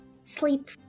sleep